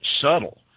subtle